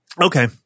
Okay